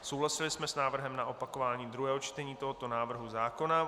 Souhlasili jsme s návrhem na opakování druhého čtení tohoto návrhu zákona.